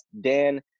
Dan